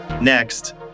Next